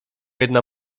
jedna